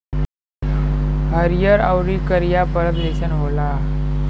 हरिहर आउर करिया परत जइसन होला